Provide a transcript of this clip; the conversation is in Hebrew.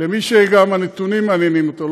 למי שגם הנתונים מעניינים אותו,